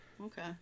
okay